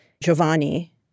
Giovanni